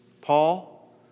Paul